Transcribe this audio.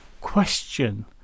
question